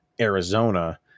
Arizona